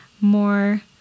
more